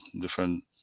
different